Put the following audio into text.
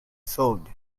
solved